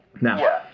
Now